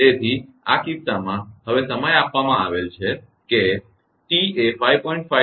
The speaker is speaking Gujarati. તેથી આ કિસ્સામાં હવે સમય આપવામાં આવેલ છે કે t એ 5